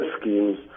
schemes